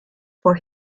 for